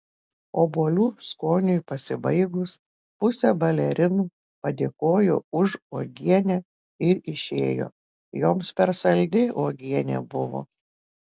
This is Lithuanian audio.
obuolių skoniui pasibaigus pusė balerinų padėkojo už uogienę ir išėjo joms per saldi uogienė buvo